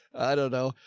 i don't know.